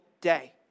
day